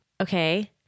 Okay